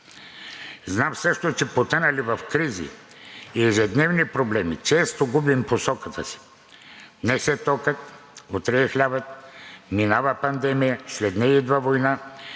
Знам също, че потънали в кризи и ежедневни проблеми, често губим посоката си – днес е токът, утре е хлябът, минава пандемия, след нея идва война.